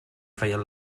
feien